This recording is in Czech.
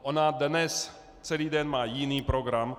Ona dnes celý den má jiný program.